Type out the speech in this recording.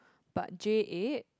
but J eight